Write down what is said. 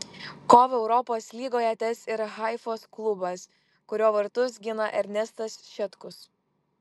kovą europos lygoje tęs ir haifos klubas kurio vartus gina ernestas šetkus